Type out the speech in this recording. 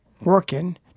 working